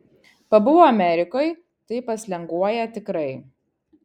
pabuvo amerikoj tai paslenguoja tikrai